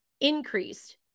increased